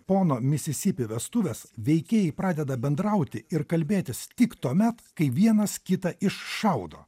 pono misisipi vestuvės veikėjai pradeda bendrauti ir kalbėtis tik tuomet kai vienas kitą iššaudo